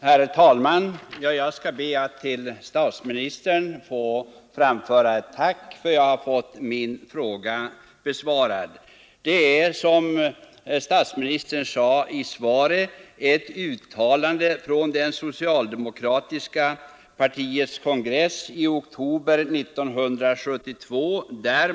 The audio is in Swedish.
Herr talman! Jag ber att till statsministern få framföra ett tack för att jag fått min fråga besvarad. Som statsministern sade i svaret är uttalandet från socialdemokratiska partiets kongress i oktober 1972.